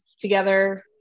together